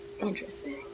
interesting